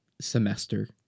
semester